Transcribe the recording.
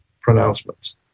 pronouncements